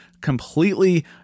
completely